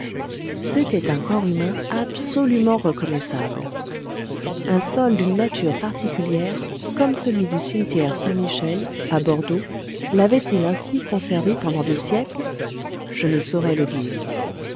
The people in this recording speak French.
c'était un corps humain absolument reconnaissable un sol d'une nature particulière comme celui du cimetière saint-michel à bordeaux l'avait-il ainsi conservé pendant des siècles je ne saurais le dire